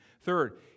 Third